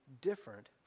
different